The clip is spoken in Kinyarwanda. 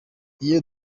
iyo